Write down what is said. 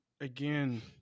again